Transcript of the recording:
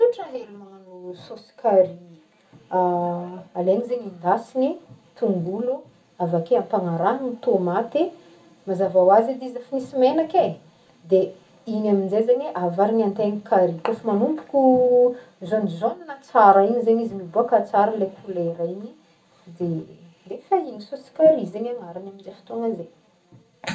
Tsotra hely magnano sauce curry alaigny zegny endasigny tongolo avake ampagnarahigny tomaty mazava ho azy edy izy efa nisy menaka e de igny amizay zegny e avarin'antegna curry kôfa manomboko jaunejaune tsara igny zegny izy miboaka tsara lay couleur ignyde efa igny sauce curry zegny agnaragny amzey fotoagna zey.